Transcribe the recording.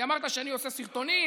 כי אמרת שאני עושה סרטונים.